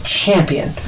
champion